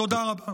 תודה רבה.